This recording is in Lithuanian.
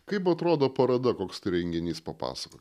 kaip atrodo paroda koks tai renginys papasakokit